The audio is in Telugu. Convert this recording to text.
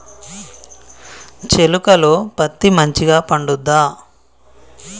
చేలుక లో పత్తి మంచిగా పండుద్దా?